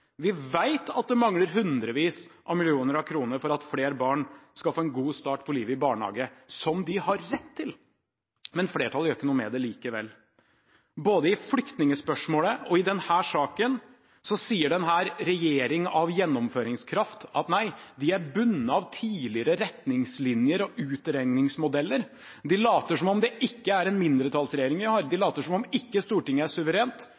Vi vet at det mangler hundrevis av millioner kroner for at flere barn skal få en god start på livet i barnehagen – som de har rett til. Men flertallet gjør ikke noe med det likevel. Både i flyktningspørsmålet og i denne saken sier denne regjering av gjennomføringskraft at nei, vi er bundet av tidligere retningslinjer og utregningsmodeller, men de later som om det ikke er en mindretallsregjering vi har, de later som om Stortinget ikke er suverent,